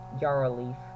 Yarrowleaf